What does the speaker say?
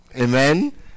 Amen